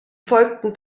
folgten